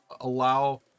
allow